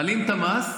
מעלים את המס,